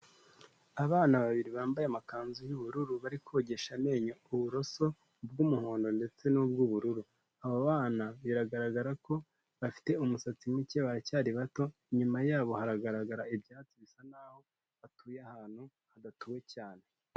Abana babiri bambaye amakanzu y'ubururu, bari kogesha amenyo uburoso bw'umuhondo ndetse n'ubw'ubururu, aba bana biragaragara ko bafite umusatsi muke baracyari bato, inyuma yabo haragaragara ibyatsi bisa naho batuye ahantu hadatuwe cyane.